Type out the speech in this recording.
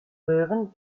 möwen